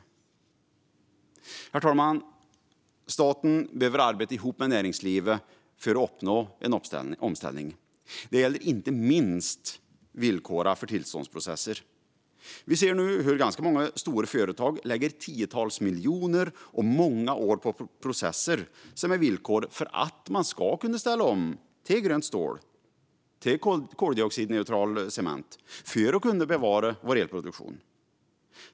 Herr talman! Staten behöver arbeta ihop med näringslivet för att uppnå en omställning. Det gäller inte minst villkoren för tillståndsprocesser. Vi ser nu hur ganska många stora företag lägger tiotals miljoner och många år på processer som är villkor för att man ska kunna ställa om till grönt stål eller koldioxidneutral cement för att kunna bevara vår elproduktion.